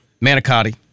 Manicotti